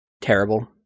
terrible